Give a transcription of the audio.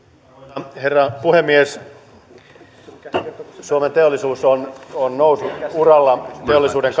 arvoisa herra puhemies suomen teollisuus on on nousu uralla teollisuuden